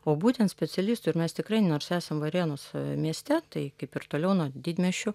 o būtent specialistų ir mes tikrai nors esam varėnos mieste tai kaip ir toliau nuo didmiesčių